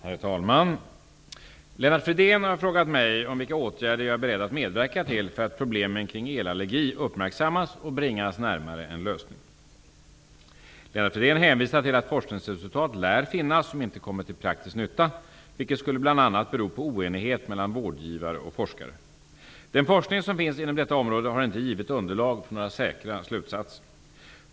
Herr talman! Lennart Fridén har frågat mig om vilka åtgärder jag är beredd att medverka till för att problemen kring elallergi uppmärksammas och bringas närmare en lösning. Lennart Fridén hänvisar till att forskningsresultat lär finnas som inte kommit till praktisk nytta, vilket bl.a. skulle bero på oenighet mellan vårdgivare och forskare. Den forskning som finns inom detta område har inte givit underlag för några säkra slutsatser.